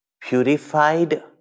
purified